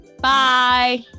Bye